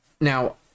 now